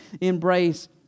embrace